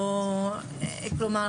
כלומר,